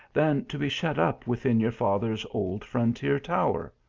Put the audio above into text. than to be shut up within your father s old frontier tower?